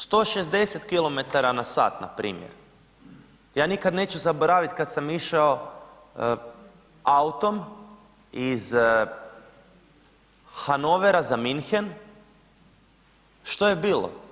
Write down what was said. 160 km/h, npr. Ja nikad neću zaboraviti kad sam išao autom iz Hannovera za München, što je bilo?